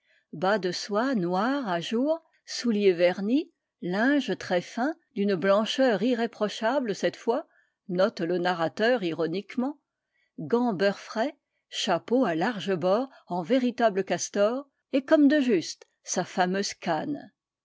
bas de soie noire à jours souliers vernis linge très fin d'une blancheur irréprochable cette fois note le narrateur ironiquement gants beurre frais chapeau à larges bords en véritable castor et comme de juste sa fameuse canne